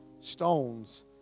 Stones